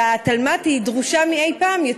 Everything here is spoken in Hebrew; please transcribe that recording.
אז התלמ"ת דרושה יותר מאי-פעם,